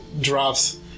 drops